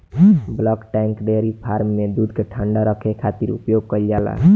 bulk tank dairy farm में दूध के ठंडा रखे खातिर उपयोग कईल जाला